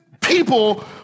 people